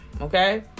okay